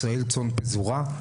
ישראל צאן פזורה.